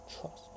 trust